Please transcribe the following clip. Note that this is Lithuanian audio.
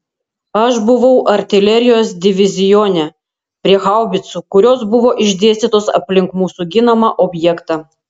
aš buvau artilerijos divizione prie haubicų kurios buvo išdėstytos aplink mūsų ginamą objektą